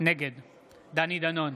נגד דני דנון,